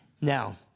Now